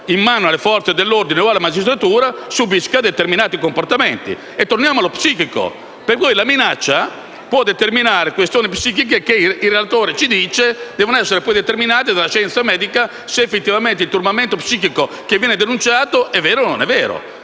in mano alle Forze dell'ordine o alla magistratura, subisca determinati comportamenti. Torniamo all'ambito psichico. Per voi la minaccia può determinare pressioni psichiche che - il relatore ci dice - devono essere poi esaminate dalla scienza medica per capire se effettivamente il turbamento psichico che viene denunciato è vero o non è vero.